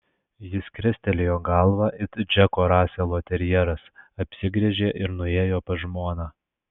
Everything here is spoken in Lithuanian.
jis krestelėjo galvą it džeko raselo terjeras apsigręžė ir nuėjo pas žmoną